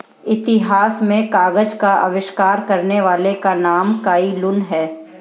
इतिहास में कागज का आविष्कार करने वाले का नाम काई लुन है